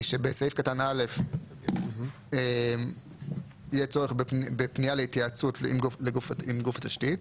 בסעיף קטן (א) יהיה צורך בפניה להתייעצות עם גוף התשתית,